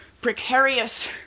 precarious